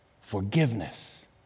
forgiveness